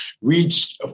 reached